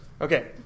Okay